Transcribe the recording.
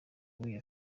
w’iyo